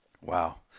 Wow